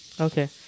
Okay